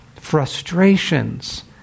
frustrations